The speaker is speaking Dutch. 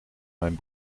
mijn